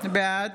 בעד